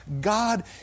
god